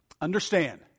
understand